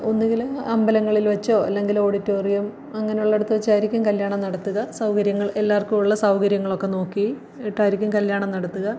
ഒന്നുകിൽ അമ്പലങ്ങളിൽ വെച്ചോ അല്ലെങ്കിൽ ഓഡിറ്റോറിയം അങ്ങനെയുള്ളിടത്ത് വെച്ചായിരിക്കും കല്യാണം നടത്തുക സൗകര്യങ്ങൾ എല്ലാവർക്കുമുള്ള സൗകര്യങ്ങളൊക്കെ നോക്കിയിട്ടായിരിക്കും കല്യാണം നടത്തുക